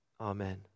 Amen